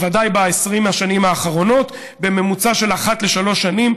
בוודאי ב-20 השנים האחרונות בממוצע של אחת לשלוש שנים,